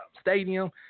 stadium